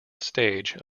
stage